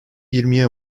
yirmiye